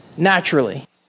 naturally